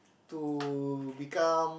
to become